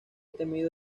temido